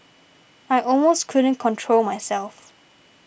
I almost couldn't control myself